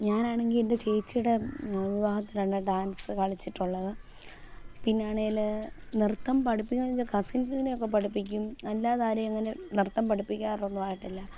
ഞാൻ ആണെങ്കിൽ എൻ്റെ ചേച്ചിയുടെ വിവാഹത്തിനാണ് ഡാൻസ് കളിച്ചിട്ടുള്ളത് പിന്നാണേൽ നൃത്തം പഠിപ്പിക്കുന്നച്ച കസിൻസിനൊക്കെ പഠിപ്പിക്കും അല്ലാതെ ആരെയും അങ്ങനെ നൃത്തം പഠിപ്പിക്കാറൊന്നുമായിട്ടില്ല